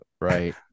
right